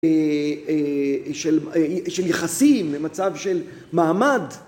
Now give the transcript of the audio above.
של יחסים במצב של מעמד